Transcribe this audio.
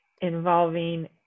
involving